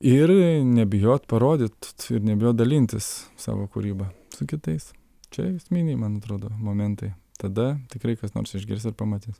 ir nebijot parodyt ir nebijot dalintis savo kūryba su kitais čia esminiai man atrodo momentai tada tikrai kas nors išgirs ir pamatys